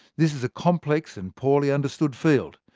this is a complex and poorly understood field,